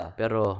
pero